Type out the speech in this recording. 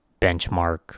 benchmark